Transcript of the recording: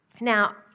Now